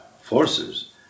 forces